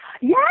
Yes